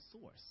source